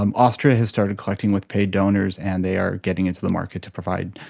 um austria has started collecting with paid donors and they are getting into the market to provide,